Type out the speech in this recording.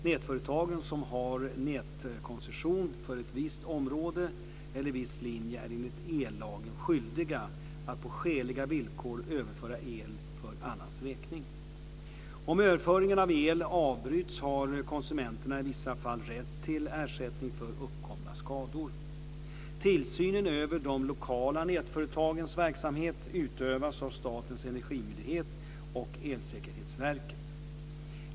Nätföretagen, som har nätkoncession för ett visst område eller viss linje, är enligt ellagen skyldiga att på skäliga villkor överföra el för annans räkning. Om överföringen av el avbryts har konsumenten i vissa fall rätt till ersättning för uppkomna skador. Tillsynen över de lokala nätföretagens verksamhet utövas av Statens energimyndighet och Elsäkerhetsverket.